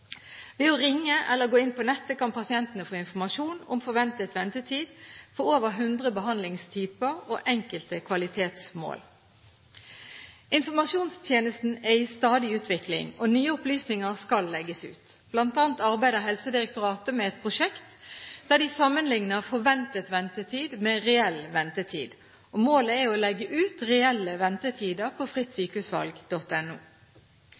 Ved å ringe eller gå inn på nettet kan pasientene få informasjon om forventet ventetid for over 100 behandlingstyper og enkelte kvalitetsmål. Informasjonstjenesten er i stadig utvikling, og nye opplysninger skal legges ut. Blant annet arbeider Helsedirektoratet med et prosjekt der de sammenligner forventet ventetid med reell ventetid. Målet er å legge ut reelle ventetider på